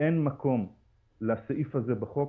אין מקום לסעיף הזה בחוק.